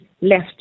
left